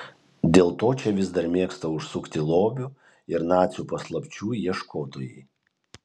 dėl to čia vis dar mėgsta užsukti lobių ir nacių paslapčių ieškotojai